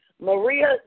Maria